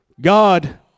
God